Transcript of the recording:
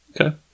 Okay